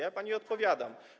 Ja pani odpowiadam.